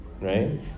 right